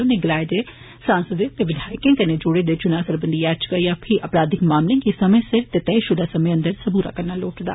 उनें गलाया जे सांसदें ते विधायकें कन्नै जुडे दे चुना सरबंधी याचिका या फीह् आपराधिक मामलें गी समें सिर ते तयषुदा समें अंदर पूरा करना लोड़चदा